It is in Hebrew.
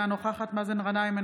אינה נוכחת מאזן גנאים,